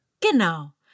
Genau